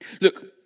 Look